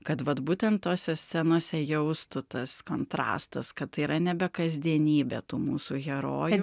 kad vat būtent tose scenose jaustų tas kontrastas kad tai yra nebe kasdienybė tų mūsų herojų